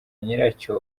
nyiracyo